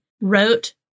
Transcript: wrote